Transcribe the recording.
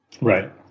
Right